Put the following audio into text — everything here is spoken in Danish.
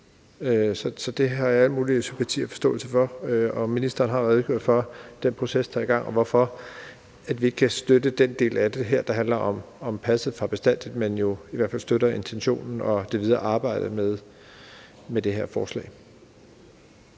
Så det har jeg al mulig sympati og forståelse for. Og ministeren har redegjort for den proces, der er i gang, og hvorfor vi ikke kan støtte den del af det, der handler om at tage passet for bestandigt, men at vi jo i hvert fald støtter intentionen og det videre arbejde med det her forslag.